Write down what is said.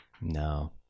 No